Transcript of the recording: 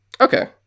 okay